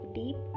deep